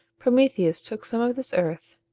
prometheus took some of this earth,